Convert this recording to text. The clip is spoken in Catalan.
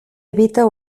evita